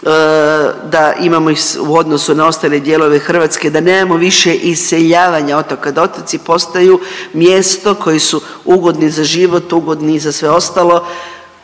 da imamo ih u odnosu na ostale dijelove Hrvatske da nemamo više iseljavanja otoka, da otoci postaju mjesto koji su ugodni za život, ugodni i za sve ostalo.